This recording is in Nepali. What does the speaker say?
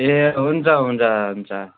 ए हुन्छ हुन्छ हुन्छ